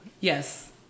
Yes